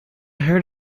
heard